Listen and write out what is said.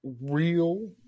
real